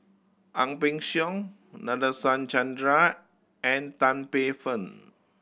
Ang Peng Siong Nadasen Chandra and Tan Paey Fern